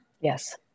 Yes